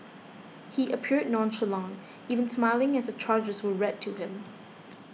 he appeared nonchalant even smiling as the charges were read to him